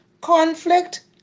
Conflict